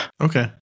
Okay